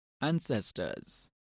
ancestors